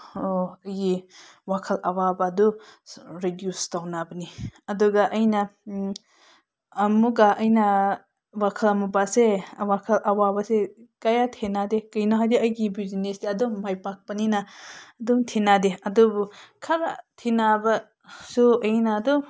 ꯑꯩꯈꯣꯏꯒꯤ ꯋꯥꯈꯜ ꯑꯋꯥꯕꯗꯨ ꯔꯤꯗ꯭ꯌꯨꯁ ꯇꯧꯅꯕꯅꯤ ꯑꯗꯨꯒ ꯑꯩꯅ ꯑꯃꯨꯛꯀ ꯑꯩꯅ ꯋꯥꯈꯜ ꯋꯥꯈꯜ ꯑꯋꯥꯕꯁꯦ ꯀꯌꯥ ꯊꯦꯡꯅꯗꯦ ꯀꯩꯅꯣ ꯍꯥꯏꯗꯤ ꯑꯩꯒꯤ ꯕꯤꯖꯤꯅꯦꯖꯇꯤ ꯑꯗꯨꯝ ꯃꯥꯏ ꯄꯥꯛꯄꯅꯤꯅ ꯑꯗꯨꯝ ꯊꯦꯡꯅꯗꯦ ꯑꯗꯨꯕꯨ ꯈꯔ ꯊꯦꯡꯅꯕꯁꯨ ꯑꯩꯅ ꯑꯗꯨꯝ